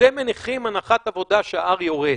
אתם מניחים הנחת עבודה שה-R יורד.